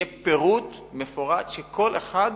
יהיה פירוט מפורט שכל אחד